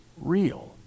real